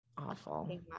Awful